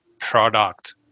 product